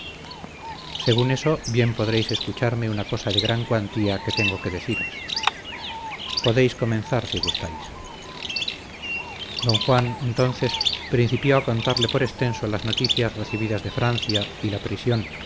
según eso bien podréis escucharme una cosa de gran cuantía que tengo que deciros podéis comenzar si gustáis don juan entonces principió a contarle por extenso las noticias recibidas de francia y la prisión